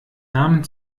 namen